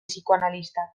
psikoanalistak